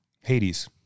Hades